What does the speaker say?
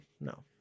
no